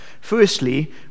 Firstly